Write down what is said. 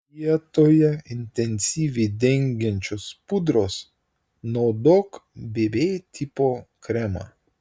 vietoje intensyviai dengiančios pudros naudok bb tipo kremą